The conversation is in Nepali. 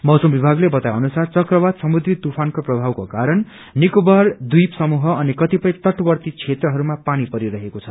मौसम विभागले बताए अनुसार चक्रवात समुद्री तूफ्रनको प्रभावको कारण निकोबार द्वीप समूह अनि कतिपय तटवर्ती क्षेत्रहरूमा पानी परि रहेको छ